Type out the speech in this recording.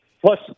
Plus